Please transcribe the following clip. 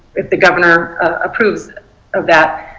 if the governor approves of that.